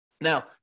Now